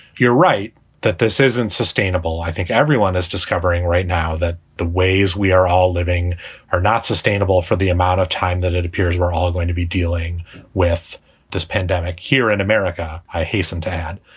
you're right that this isn't sustainable. i think everyone is discovering right now that the ways we are all living are not sustainable for the amount of time that it appears we're all going to be dealing with this pandemic here in america. i hasten to add,